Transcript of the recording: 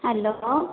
hello